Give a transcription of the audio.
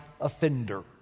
offender